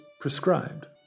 Prescribed